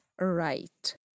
right